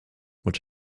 watch